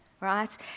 right